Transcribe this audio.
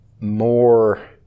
more